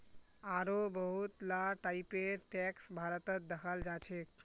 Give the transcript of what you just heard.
आढ़ो बहुत ला टाइपेर टैक्स भारतत दखाल जाछेक